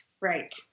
Right